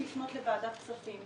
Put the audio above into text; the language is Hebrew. לפנות לוועדת הכספים?